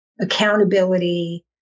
accountability